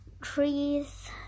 trees